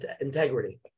integrity